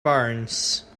burns